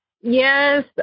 Yes